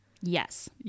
Yes